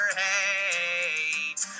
hate